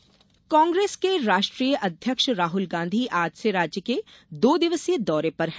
राहल गांधी दौरा कांग्रेस के राष्ट्रीय अध्यक्ष राहुल गांधी आज से राज्य के दो दिवसीय दौरे पर हैं